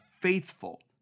faithful